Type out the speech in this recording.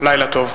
לילה טוב.